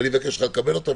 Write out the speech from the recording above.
ואני מבקש ממך לקבל אותה,